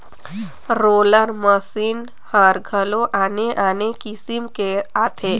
roller machine हर घलो आने आने किसम के आथे